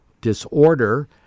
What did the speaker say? disorder